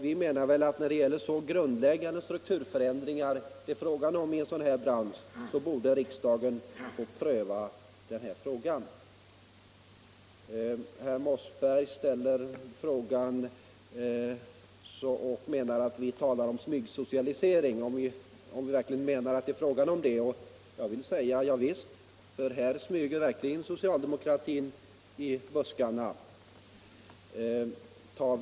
Vi anser att när det gäller så grundläggande strukturförändringar som det är fråga om i en sådan här bransch så borde riksdagen få pröva ärendet. Herr Mossberg undrade om vi verkligen anser att det är fråga om smygsocialisering. Jag vill säga: Ja visst, här smyger verkligen socialdemokratin i buskarna.